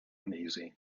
uneasy